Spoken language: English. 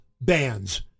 bands